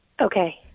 Okay